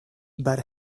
but